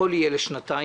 הכול יהיה לשנתיים.